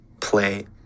play